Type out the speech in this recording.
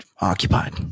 occupied